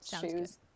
shoes